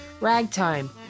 ragtime